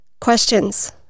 questions